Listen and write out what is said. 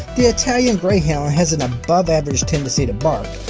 the italian greyhound has an above-average tendency to bark,